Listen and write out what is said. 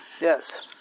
Yes